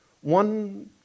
one